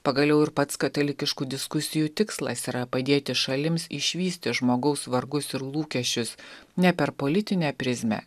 pagaliau ir pats katalikiškų diskusijų tikslas yra padėti šalims išvysti žmogaus vargus ir lūkesčius ne per politinę prizmę